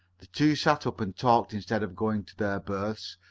the two sat up and talked instead of going to their berths,